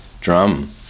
drum